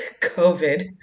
COVID